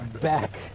Back